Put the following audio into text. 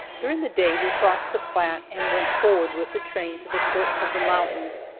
during the day we crossed the platte and went forward with the train to the foot of the mountains,